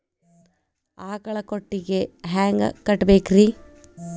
ಆಕಳ ಕೊಟ್ಟಿಗಿ ಹ್ಯಾಂಗ್ ಕಟ್ಟಬೇಕ್ರಿ?